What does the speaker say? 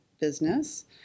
business